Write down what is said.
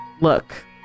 look